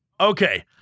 Okay